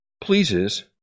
pleases